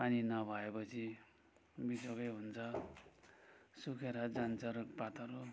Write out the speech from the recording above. पानी नभएपछि बिजोकै हुन्छ सुकेर जान्छ रुख पातहरू